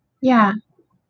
ya